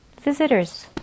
Visitors